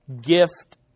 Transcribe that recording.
gift